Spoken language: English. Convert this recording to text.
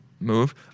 move